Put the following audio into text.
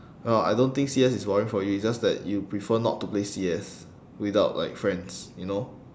well I don't think C_S is boring for you it's just that you prefer not to play C_S without like friends you know